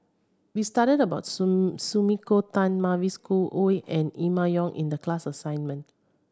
we studied about Sumiko Tan Mavis Khoo Oei and Emma Yong in the class assignment